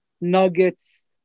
nuggets